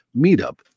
meetup